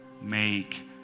make